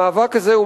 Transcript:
המאבק הזה הוא